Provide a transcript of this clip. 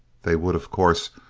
they would, of course,